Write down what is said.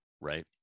right